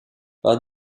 par